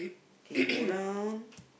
okay go down